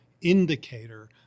indicator